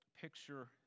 picture